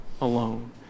alone